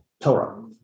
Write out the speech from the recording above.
Torah